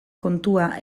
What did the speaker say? kontua